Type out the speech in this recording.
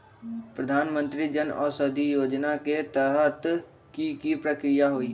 प्रधानमंत्री जन औषधि योजना के तहत की की प्रक्रिया होई?